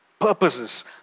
Purposes